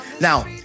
Now